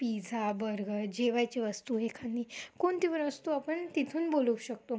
pizza burger जेवायचे वस्तू एखादी कोणती पण वस्तू आपण तिथून बोलवू शकतो